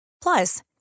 Plus